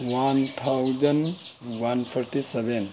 one thousand one forty seven